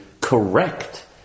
correct